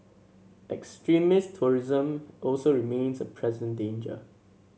extremist terrorism also remains a present danger